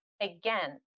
again